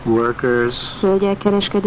workers